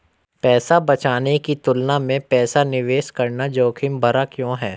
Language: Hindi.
पैसा बचाने की तुलना में पैसा निवेश करना जोखिम भरा क्यों है?